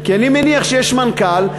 כי אני מניח שיש מנכ"ל,